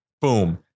boom